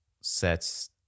sets